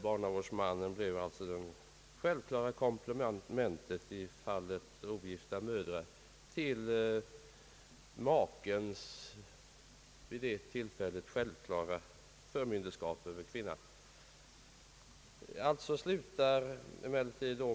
Barnavårdsmannen blev alltså i fallet ogifta mödrar det självklara komplementet till makens vid det tillfället självklara förmynderskap över kvinnan.